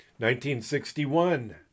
1961